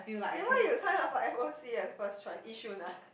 then why you are sign up F_O_C as first choice Yishun ah